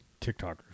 TikTokers